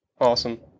Awesome